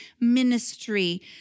ministry